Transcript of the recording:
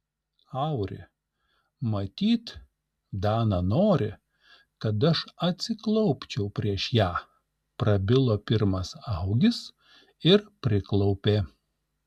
auri matyt dana nori kad aš atsiklaupčiau prieš ją prabilo pirmas augis ir priklaupė